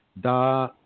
da